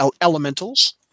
elementals